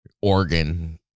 organ